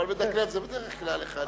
אבל מדקלם זה בדרך כלל אחד,